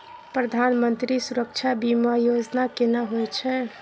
प्रधानमंत्री सुरक्षा बीमा योजना केना होय छै?